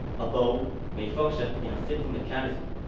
a bow may function in a simple mechanism,